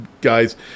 guys